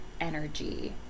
energy